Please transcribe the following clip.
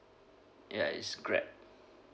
ya it's Grab